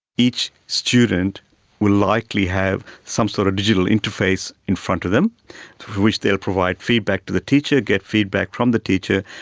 each student will likely have some sort of digital interface in front of them through which they will provide feedback to the teacher, get feedback from the teacher,